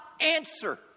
answer